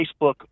Facebook